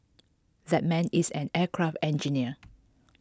that man is an aircraft engineer